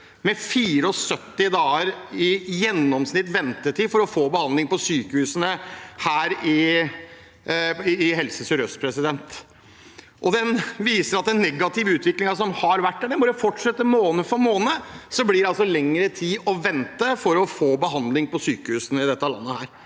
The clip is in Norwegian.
med 74 dager i gjennomsnittlig ventetid for å få behandling på sykehusene her i Helse sørøst. Det viser at den negative utviklingen som har vært, bare fortsetter. Måned for måned blir det lenger å vente for å få behandling på sykehusene i dette landet.